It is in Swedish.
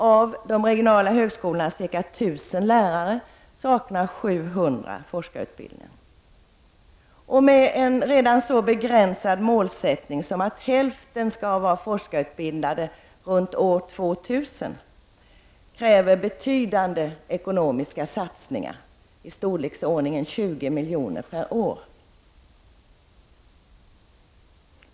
Av de regionala högskolornas ca 1 000 lärare saknar 700 forskarutbildning. Redan med en så begränsad målsättning som att hälften skall ha forskarutbildning omkring år 2000 krävs betydande ekonomiska satsningar — i storleksordningen 20 miljoner per år.